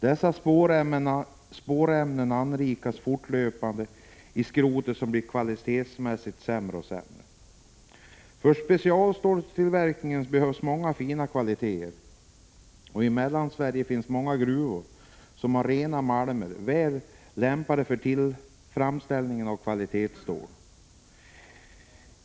Dessa spårämnen anrikas fortlöpande i skrotet, som kvalitetsmässigt blir sämre och sämre. För specialstålstillverkning behövs många fina kvaliteter, och i Mellansverige finns det många gruvor som har rena malmer, väl lämpade för framställning av kvalitetsstål.